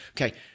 Okay